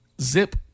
zip